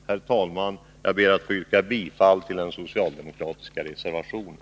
Herr talman! Jag yrkar bifall till den socialdemokratiska reservationen.